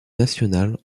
nationale